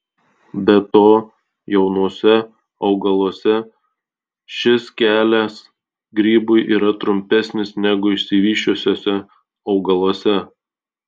be to jaunuose augaluose šis kelias grybui yra trumpesnis negu išsivysčiusiuose augaluose